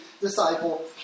disciple